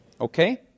Okay